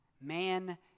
man